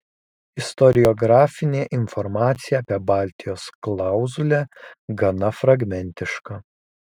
istoriografinė informacija apie baltijos klauzulę gana fragmentiška